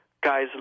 guys